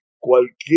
cualquier